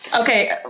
Okay